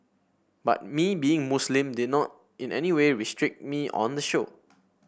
but me being Muslim did not in any way restrict me on the show